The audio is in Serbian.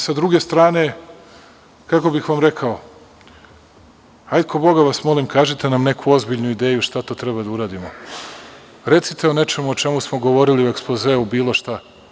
Sa druge strane, kako bih vam rekao, hajde ko Boga vas molim kažite nam neku ozbiljnu ideju šta to treba da uradimo, recite o nečemu o čemu smo govorili u ekspozeu, bilo šta.